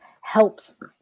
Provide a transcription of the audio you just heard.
helps